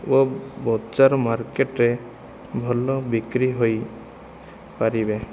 ଓ ବଜାର ମାର୍କେଟରେ ଭଲ ବିକ୍ରି ହୋଇପାରିବେ